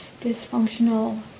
dysfunctional